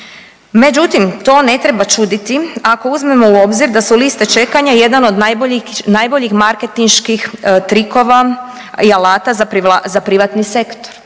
Međutim to ne treba čuditi ako uzmemo u obzir da su liste čekanja jedan od najboljih, najboljih marketinških trikova i alata za privatni sektor,